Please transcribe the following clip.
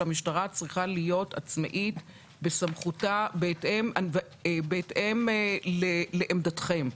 שהמשטרה צריכה להיות עצמאית בסמכותה בהתאם לעמדתכם.